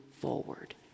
forward